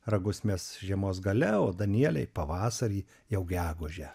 ragus mes žiemos gale o danieliai pavasarį jau gegužę